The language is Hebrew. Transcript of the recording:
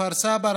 כפר סבא,